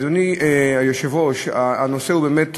אדוני היושב-ראש, הנושא הוא באמת הבריאות,